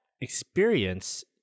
experience